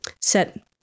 set